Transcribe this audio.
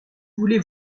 voulez